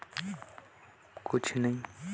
KYC बर form ले के ऊहां कौन लगही?